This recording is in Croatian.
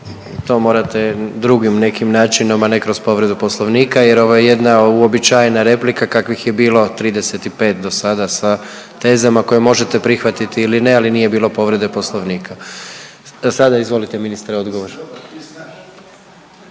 To morate drugim nekim načinom, a ne kroz povredu Poslovnika jer ovo je jedna uobičajena replika kakvih je bilo 35 dosada sa tezama koje možete prihvatiti ili ne, ali nije bilo povrede Poslovnika. Sada izvolite ministre odgovor.